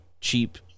cheap